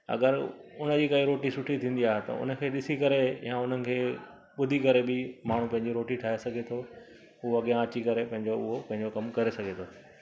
अगरि उन जी काई रोटी सुठी थींदी आहे त हुन खे ॾिसी करे या हुननि खे ॿुधी करे बि माण्हू पंहिंजो रोटी ठाहे सघे थो पोइ अॻियां अची करे पंहिंजो उहो पंहिंजो कमु करे सघे थो